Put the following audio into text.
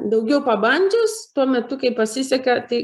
daugiau pabandžius tuo metu kai pasiseka tai